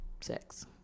Sex